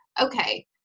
Okay